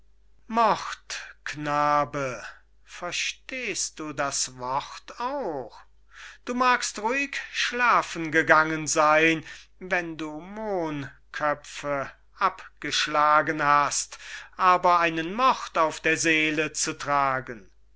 mord knabe verstehst du das wort auch du magst ruhig schlafen gegangen seyn wenn du mohnköpfe abgeschlagen hast aber einen mord auf der seele zu tragen